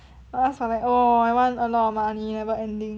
I will ask for like oh I want a lot of money neverending